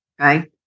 Okay